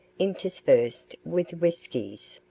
interspersed with whiskies.